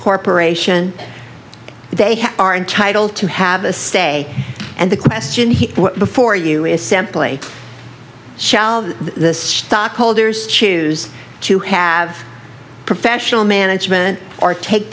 corporation they are entitled to have a say and the question before you is simply shall the stockholders choose to have professional management or take